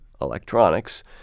electronics